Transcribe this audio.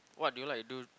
what do you like to do